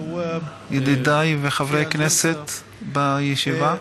ידידיי חברי הכנסת בישיבה,